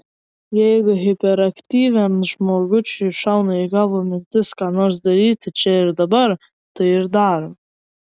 jeigu hiperaktyviam žmogučiui šauna į galvą mintis ką nors daryti čia ir dabar tai ir daro